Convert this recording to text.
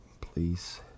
please